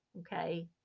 okay